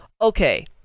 okay